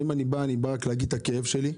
אם אני בא, אני בא רק להגיד את הכאב שלי.